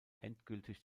endgültig